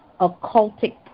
occultic